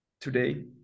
today